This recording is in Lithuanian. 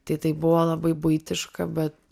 tai tai buvo labai buitiška bet